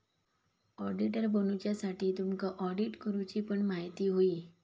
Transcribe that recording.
auditor बनुच्यासाठी तुमका audit करूची पण म्हायती होई